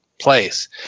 place